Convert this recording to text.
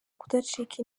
kudacika